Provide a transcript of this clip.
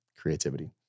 creativity